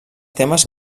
temes